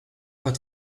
pas